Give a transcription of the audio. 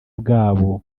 bwabo